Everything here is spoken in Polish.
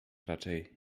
raczej